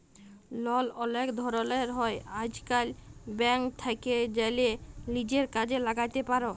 লল অলেক ধরলের হ্যয় আইজকাল, ব্যাংক থ্যাকে জ্যালে লিজের কাজে ল্যাগাতে পার